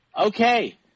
Okay